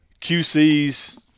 QCs